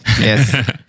Yes